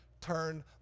turn